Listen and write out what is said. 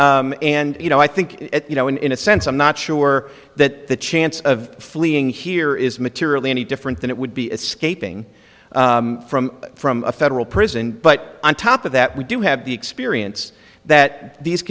actually and you know i think you know in a sense i'm not sure that the chance of fleeing here is materially any different than it would be escaping from from a federal prison but on top of that we do have the experience that these